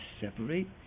separate